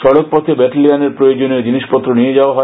সড়কপথে ব্যাটেলিয়নের প্রয়োজনীয় জিনিসপত্র নিয়ে যাওয়া হয়